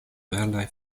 verdaj